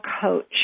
coach